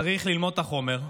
צריך ללמוד את החומר,